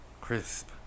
Crisp